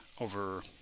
over